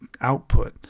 output